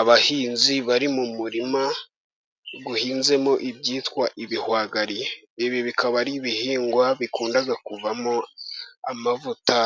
Abahinzi bari mu murima uhinzemo ibyitwa ibihwagari. Ibi bikaba ari ibihingwa bikunda kuvamo amavuta